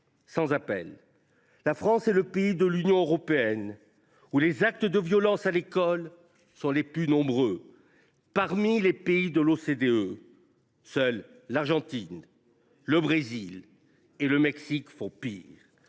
sans appel : la France est le pays de l’Union européenne où les actes de violence à l’école sont les plus nombreux. Parmi les pays de l’OCDE, seuls l’Argentine, le Brésil et le Mexique font pire.